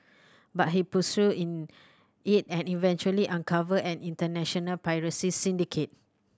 but he pursued in it and eventually uncovered an international piracy syndicate